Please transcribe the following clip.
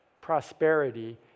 prosperity